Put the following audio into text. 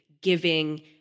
giving